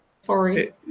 Sorry